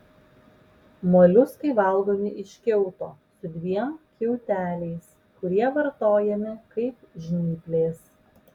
moliuskai valgomi iš kiauto su dviem kiauteliais kurie vartojami kaip žnyplės